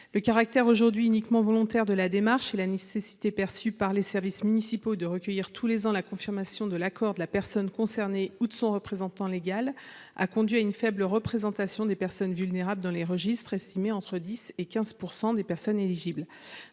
Le caractère strictement volontaire de la démarche et la nécessité pour les services municipaux de recueillir tous les ans la confirmation de l’accord de la personne concernée ou de son représentant légal ont conduit à une faible représentation des personnes vulnérables dans les registres – elle oscillerait entre 10 % et 15 % des personnes éligibles.